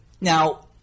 Now